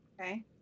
Okay